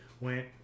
went